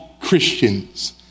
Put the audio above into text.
Christians